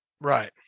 right